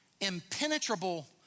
impenetrable